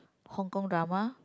Hong-Kong drama